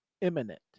imminent